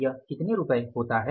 यह कितने रुपये होता है